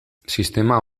sistema